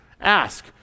ask